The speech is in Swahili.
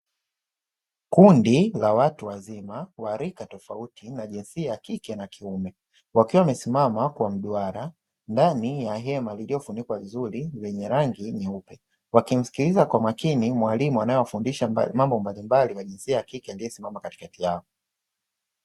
Kundi la watu wazima wa rika tofauti na jinsia ya kike na kiume, wakiwa wamesimama kwa mduara, ndani ya hema liliofunikwa vizuri lenye rangi nyeupe, wakimsikiliza kwa makini mwalimu anayewafundisha mambo mbalimbali wa jinsia ya kike aliyesimama katikati yao.